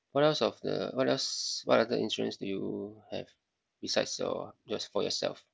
what else of the what else what other insurance do you have besides your just for yourself